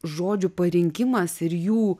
žodžių parinkimas ir jų